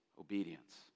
obedience